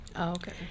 Okay